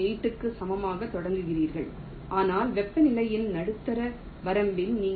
8 க்கு சமமாகத் தொடங்குகிறீர்கள் ஆனால் வெப்பநிலையின் நடுத்தர வரம்பில் நீங்கள் அதை 0